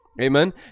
Amen